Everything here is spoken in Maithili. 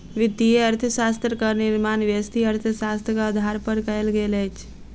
वित्तीय अर्थशास्त्रक निर्माण व्यष्टि अर्थशास्त्रक आधार पर कयल गेल अछि